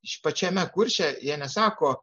pačiame kurše jie nesako